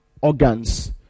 organs